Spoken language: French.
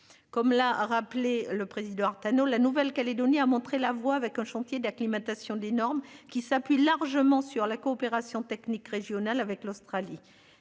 Comme l'a rappelé le président Artano, la Nouvelle Calédonie a montré la voie avec un chantier d'acclimatation des normes qui s'appuie largement sur la coopération technique régional avec l'Australie.